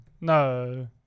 No